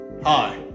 Hi